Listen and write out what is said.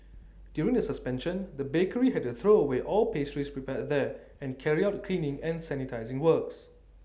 during the suspension the bakery had to throw away all pastries prepared there and carry out cleaning and sanitising works